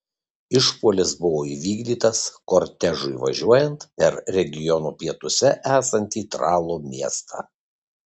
išpuolis buvo įvykdytas kortežui važiuojant per regiono pietuose esantį tralo miestą